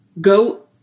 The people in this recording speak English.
go